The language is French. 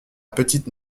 petite